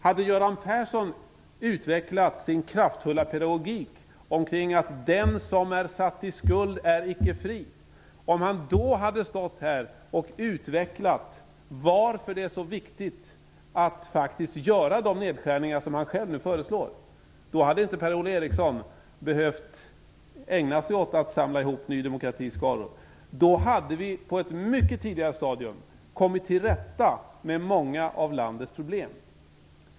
Hade Göran Persson utvecklat sin kraftfulla pedagogik om att den som är satt i skuld icke är fri, om han då hade stått här och utvecklat varför det var så viktigt att göra de nedskärningar som han själv nu föreslår, då hade inte Per-Ola Eriksson behövt att ägna sig åt att samla ihop Ny demokratis skaror. Då hade vi på ett mycket tidigare stadium kommit till rätta med många av landets problem.